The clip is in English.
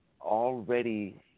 already